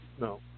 no